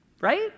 Right